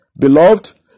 Beloved